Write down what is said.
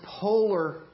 polar